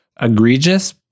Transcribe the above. egregious